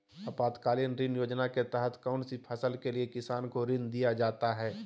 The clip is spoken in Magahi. आपातकालीन ऋण योजना के तहत कौन सी फसल के लिए किसान को ऋण दीया जाता है?